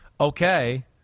okay